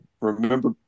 remember